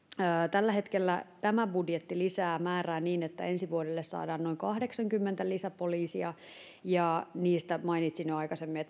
tällä hetkellä tämä budjetti lisää määrää niin että ensi vuodelle saadaan noin kahdeksankymmentä lisäpoliisia niistä mainitsin jo aikaisemmin